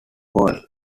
called